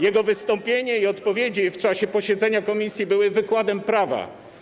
Jego wystąpienie i odpowiedzi w czasie posiedzenia komisji były wykładem prawa.